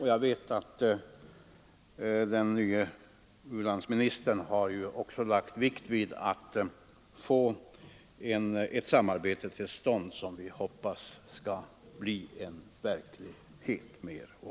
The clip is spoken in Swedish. Jag vet att den nya u-landsministern har lagt vikt vid att få till stånd ett samarbete, som vi hoppas alltmer skall bli verklighet.